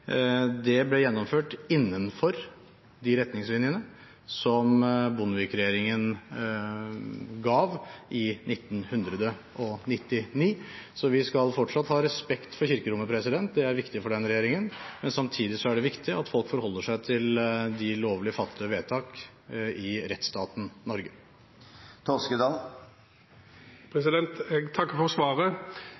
Det ble gjennomført innenfor de retningslinjene som Bondevik-regjeringen ga i 1999. Så vi skal fortsatt ha respekt for kirkerommet – det er viktig for denne regjeringen – men samtidig er det viktig at folk forholder seg til de lovlig fattede vedtak i rettsstaten